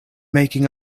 making